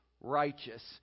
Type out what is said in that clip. righteous